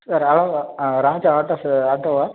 sir Raghava Raja autos ஆட்டோவா